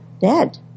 dead